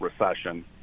recession